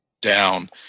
down